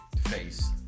face